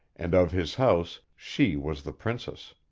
and of his house she was the princess.